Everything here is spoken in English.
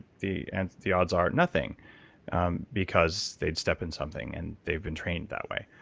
the and the odds are, nothing because they'd step in something, and they've been trained that way.